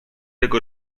jego